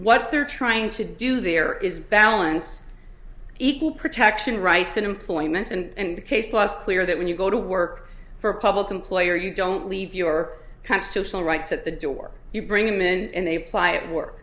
what they're trying to do there is balance equal protection rights in employment and the case must clear that when you go to work for a public employer you don't leave your constitutional rights at the door you bring them in and they ply at work